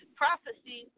prophecy